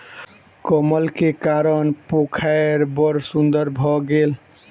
कमल के कारण पोखैर बड़ सुन्दर भअ गेल